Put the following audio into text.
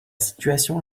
situation